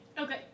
Okay